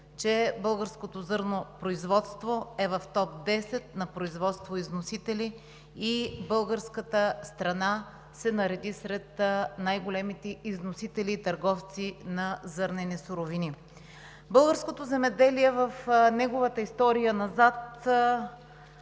българското зърнопроизводство е в топ 10 на производствоизносители и българската страна се нареди сред най-големите износители и търговци на зърнени суровини. Българското земеделие в неговата история назад